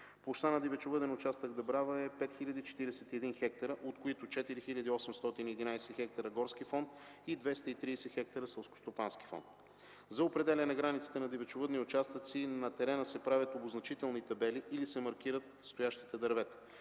Площта на Дивечовъден участък „Дъбрава” е 5041 хектара, от които 4811 хектара – горски фонд, и 230 хектара – селскостопански фонд. За определяне на границите на дивечовъдния участък на терена се правят обозначителни табели или се маркират стоящите дървета.